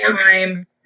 time